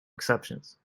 exceptions